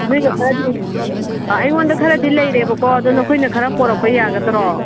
ꯅꯣꯏꯅ ꯈꯔꯗꯤ ꯑꯥ ꯑꯩꯉꯣꯟꯗ ꯈꯔꯗꯤ ꯂꯩꯔꯦꯕꯀꯣ ꯑꯗꯨ ꯅꯈꯣꯏꯅ ꯈꯔ ꯄꯨꯔꯛꯄ ꯌꯥꯒꯗ꯭ꯔꯣ